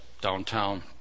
downtown